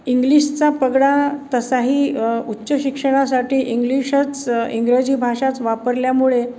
इंग्लिशचा पगडा तसाही उच्च शिक्षणासाठी इंग्लिशच इंग्रजी भाषाच वापरल्यामुळे